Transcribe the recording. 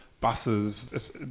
buses